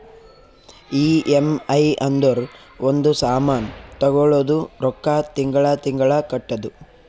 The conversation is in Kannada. ಇ.ಎಮ್.ಐ ಅಂದುರ್ ಒಂದ್ ಸಾಮಾನ್ ತಗೊಳದು ರೊಕ್ಕಾ ತಿಂಗಳಾ ತಿಂಗಳಾ ಕಟ್ಟದು